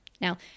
Now